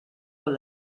con